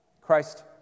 Christ